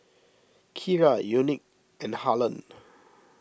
Kyra Unique and Harlon